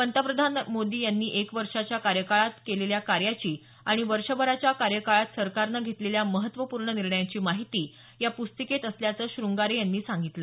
पंतप्रधान मोदी यांनी एक वर्षाच्या कार्यकाळात केलेल्या कार्यांची आणि वर्षभराच्या कार्यकाळात सरकारनं घेतलेल्या महत्वपूर्ण निर्णयांची माहिती या प्रस्तिकेत असल्याचं शृंगारे यांनी यावेळी सांगितलं